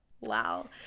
Wow